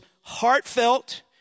heartfelt